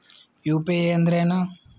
UPI ಅಂದ್ರೆ ಏನು?